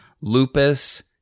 lupus